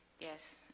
Yes